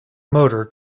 motor